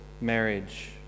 marriage